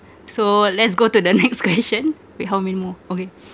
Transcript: so let's go to the next question wait how many more okay